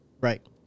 Right